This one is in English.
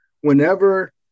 Whenever